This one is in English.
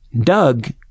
Doug